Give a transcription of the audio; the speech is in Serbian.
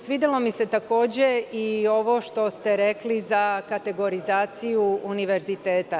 Svidelo mi se takođe i ovo što ste rekli za kategorizaciju univerziteta.